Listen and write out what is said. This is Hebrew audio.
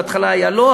בהתחלה היה "לא",